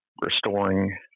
restoring